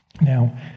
Now